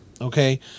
Okay